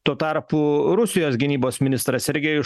tuo tarpu rusijos gynybos ministras sergejus